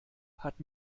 hat